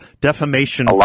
defamation